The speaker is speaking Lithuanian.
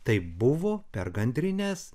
taip buvo per gandrines